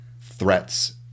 threats